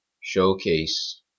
Showcase